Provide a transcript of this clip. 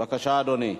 בבקשה, אדוני.